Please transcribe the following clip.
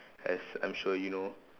as I'm sure you know